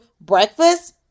breakfast